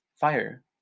fire